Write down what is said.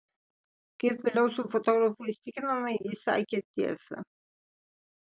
kaip vėliau su fotografu įsitikinome jis sakė tiesą